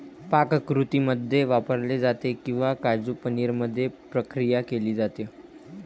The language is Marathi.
पाककृतींमध्ये वापरले जाते किंवा काजू पनीर मध्ये प्रक्रिया केली जाते